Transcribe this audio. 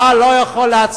אתה לא מבין,